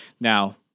Now